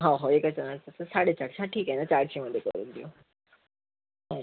हो हो एकाचं ना तसं साडेचारशे हा ठीक आहे ना चारशेमध्ये करून देऊ हो